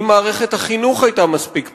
אם מערכת החינוך היתה מספיק פרוסה,